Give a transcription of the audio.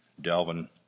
Delvin